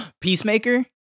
Peacemaker